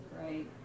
right